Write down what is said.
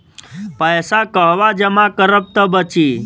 पैसा कहवा जमा करब त बची?